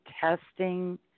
testing